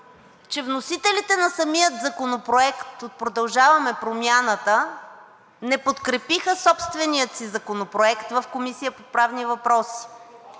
че вносителите на самия законопроект от „Продължаваме Промяната“ не подкрепиха собствения си законопроект в Комисията по правни въпроси